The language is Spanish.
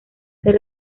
ser